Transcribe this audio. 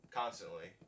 constantly